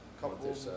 couple